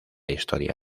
historia